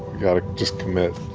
got to just commit,